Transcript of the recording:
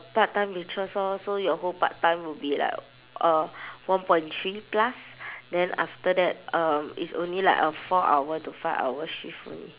part time waitress orh so your whole part time will be like uh one point three plus then after that um it's only like a four hour to five hour shift only